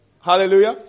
Hallelujah